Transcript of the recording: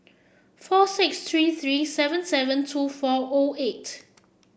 four six three three seven seven two four O eight